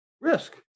risk